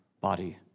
body